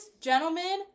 gentlemen